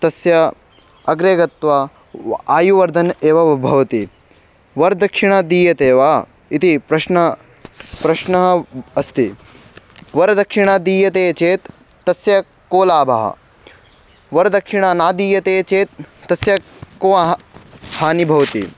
तस्य अग्रे गत्वा व आयुर्वर्धनम् एव भवति वरदक्षिणा दीयते वा इति प्रश्न प्रश्नः अस्ति वरदक्षिणा दीयते चेत् तस्य को लाभः वरदक्षिणा न दीयते चेत् तस्य का हा हानि भवति